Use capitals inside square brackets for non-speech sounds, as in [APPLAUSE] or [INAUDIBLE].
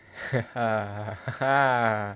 [LAUGHS]